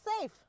safe